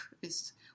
ist